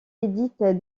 édite